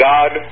God